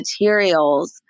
materials